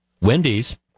Wendy's